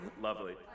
Lovely